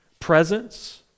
presence